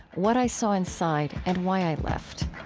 what i saw inside, and why i left.